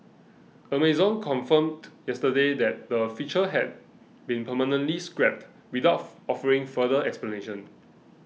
Amazon confirmed yesterday that the feature had been permanently scrapped without offering further explanation